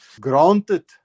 granted